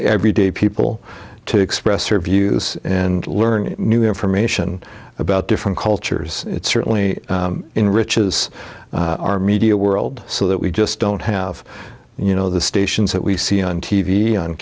everyday people to express her views and learn new information about different cultures it certainly enriches our media world so that we just don't have you know the stations that we see on t